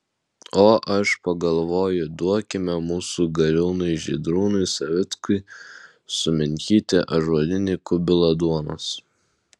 o aš pagalvoju duokime mūsų galiūnui žydrūnui savickui suminkyti ąžuolinį kubilą duonos